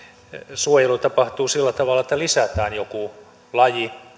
suojelu tapahtuu sillä tavalla että lisätään joku laji